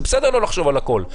זה בסדר לא לחשוב על הכול,